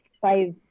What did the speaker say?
five